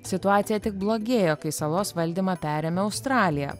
situacija tik blogėjo kai salos valdymą perėmė australija